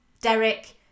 Derek